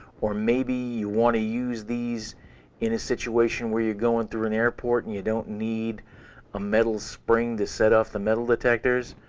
or maybe you want to use these in a situation where you going through an airport and you don't need a metal spring to set off the metal detectors.